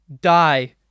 die